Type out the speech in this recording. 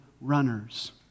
runners